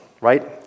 right